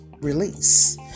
release